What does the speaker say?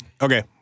Okay